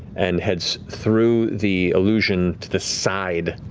and heads through the illusion to the side,